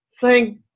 thank